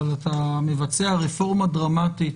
אבל אתה מבצע רפורמה דרמטית